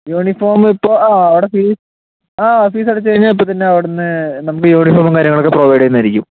uniform ഇപ്പോൾ ആ അവിടെ ഫീസ് ആ ഫീസ് അടച്ചു കഴിഞ്ഞാൽ ഇപ്പോൾത്തന്നെ അവിടെനിന്ന് നമുക്ക് യൂണിഫോമും കാര്യങ്ങളൊക്കെ പ്രൊവൈഡ് ചെയ്യുന്നതായിരിക്കും